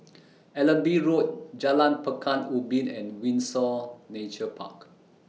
Allenby Road Jalan Pekan Ubin and Windsor Nature Park